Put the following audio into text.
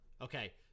Okay